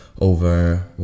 over